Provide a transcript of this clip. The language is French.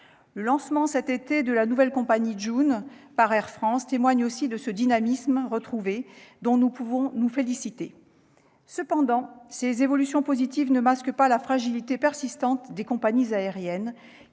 Le lancement, cet été, de la nouvelle compagnie Joon par Air France témoigne aussi de ce dynamisme retrouvé, dont nous pouvons nous féliciter. Cependant, ces évolutions positives ne masquent pas la fragilité persistante des compagnies aériennes,